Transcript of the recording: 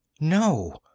No